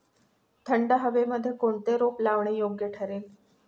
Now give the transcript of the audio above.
थंड हवेमध्ये कोणते रोप लावणे योग्य ठरेल?